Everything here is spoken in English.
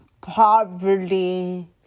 poverty